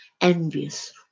Envious